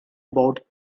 about